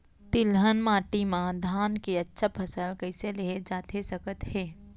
तिलहन माटी मा धान के अच्छा फसल कइसे लेहे जाथे सकत हे?